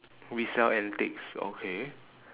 we sell antiques okay